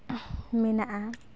ᱢᱮᱱᱟᱜᱼᱟ